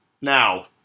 Now